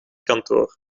kantoor